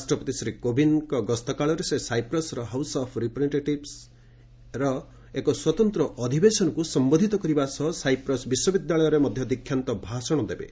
ରାଷ୍ଟ୍ରପତି ଶ୍ରୀ କୋବିନ୍ଦଙ୍କ ଗସ୍ତ କାଳରେ ସେ ସାଇପ୍ରସ୍ର ହାଉସ୍ ଅଫ୍ ରିପ୍ରେଜେଙ୍କାଟିଭ୍ସ ଏକ ସ୍ପତନ୍ତ୍ର ଅଧିବେଶନକୁ ସମ୍ବୋଧୂତ କରିବା ସହ ସାଇପ୍ରସ୍ ବିଶ୍ୱବିଦ୍ୟାଳୟରେ ମଧ୍ୟ ଦୀକ୍ଷାନ୍ତଭାଷର ଦେବେ